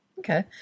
Okay